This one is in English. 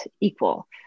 equal